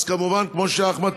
כמובן, כמו שאחמד,